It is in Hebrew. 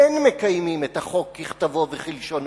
אין מקיימים את החוק ככתבו וכלשונו.